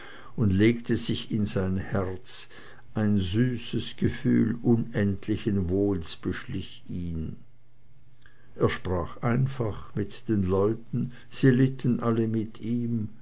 und legte sich in sein herz ein süßes gefühl unendlichen wohls beschlich ihn er sprach einfach mit den leuten sie litten alle mit ihm